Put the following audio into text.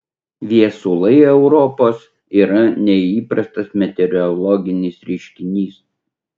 viesulai europos yra neįprastas meteorologinis reiškinys